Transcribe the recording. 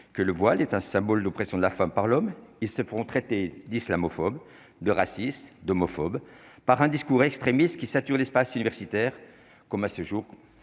que le voile est un symbole d'oppression de la femme par l'homme, ils se font traiter d'islamophobe de raciste et d'homophobe par un discours extrémiste qui sature l'espace universitaire comme à ce jour,